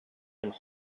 and